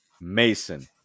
Mason